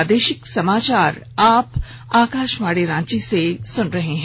प्रादेशिक समाचार आप आकाशवाणी रांची से सुन रहे हैं